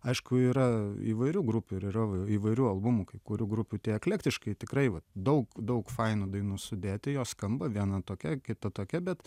aišku yra įvairių grupių ir yra įvairių albumų kai kurių grupių tie eklektiškai tikrai daug daug fainų dainų sudėti jos skamba viena tokia kita tokia bet